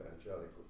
evangelical